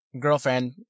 girlfriend